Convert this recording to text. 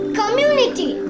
community